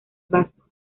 vasco